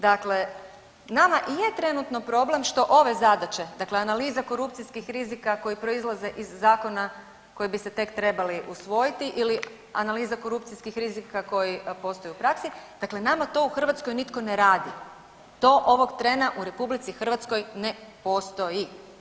Dakle, nama i je trenutno problem što ove zadaće, dakle analiza korupcijskih rizika koji proizlaze iz zakona koji bi se tek trebali usvojiti ili analiza korupcijskih rizika koji postoje u praksi, dakle nama to u Hrvatskoj nitko ne radi, to ovog trena u RH ne postoji.